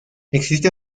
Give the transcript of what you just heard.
existe